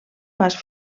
pas